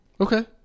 Okay